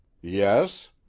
Yes